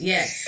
Yes